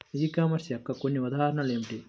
ఈ కామర్స్ యొక్క కొన్ని ఉదాహరణలు ఏమిటి?